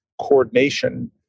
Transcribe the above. coordination